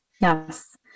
yes